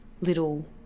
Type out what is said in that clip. little